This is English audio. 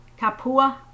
Kapua